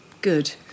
good